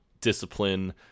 discipline